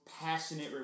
passionate